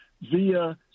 via